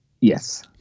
Yes